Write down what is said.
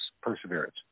Perseverance